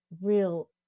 real